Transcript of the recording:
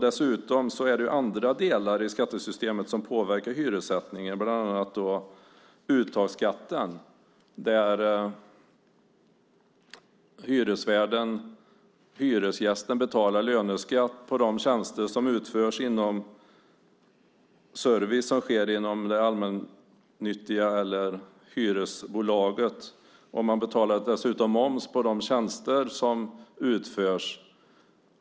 Dessutom påverkar andra delar i skattesystemet hyressättningen, bland annat uttagsskatten där hyresvärden och hyresgästen betalar löneskatt på de tjänster som utförs i form av den service som ges inom det allmännyttiga bolaget eller hyresbolaget. De betalar dessutom moms på dessa tjänster.